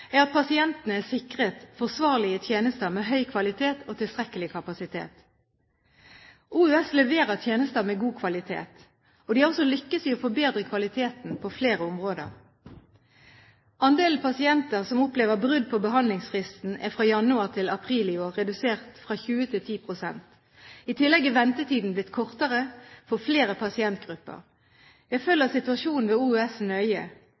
er at pasientene er sikret forsvarlige tjenester med høy kvalitet og tilstrekkelig kapasitet. Oslo universitetssykehus leverer tjenester med god kvalitet, og de har også lyktes i å forbedre kvaliteten på flere områder. Andelen pasienter som opplever brudd på behandlingsfristen, er fra januar til april i år redusert fra 20 pst. til 10 pst. I tillegg er ventetiden blitt kortere for flere pasientgrupper. Jeg følger situasjonen ved Oslo universitetssykehus nøye.